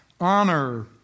Honor